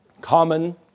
common